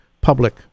public